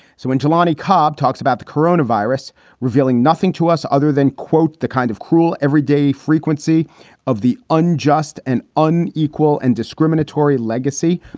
so when jelani cobb talks about the corona virus revealing nothing to us other than, quote, the kind of cruel everyday frequency of the unjust and unequal and discriminatory legacy.